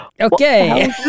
okay